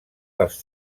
dels